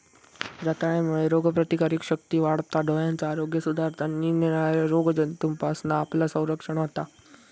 रताळ्यांमुळे रोगप्रतिकारशक्ती वाढता, डोळ्यांचा आरोग्य सुधारता आणि निरनिराळ्या रोगजंतूंपासना आपला संरक्षण होता